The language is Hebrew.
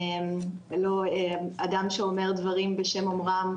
לא אדם שאומר דברים בשם אומרם,